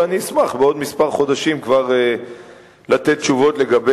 אבל אני אשמח כבר בעוד כמה חודשים לתת תשובות לגבי